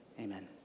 Amen